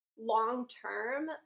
long-term